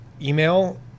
email